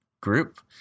group